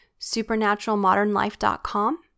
supernaturalmodernlife.com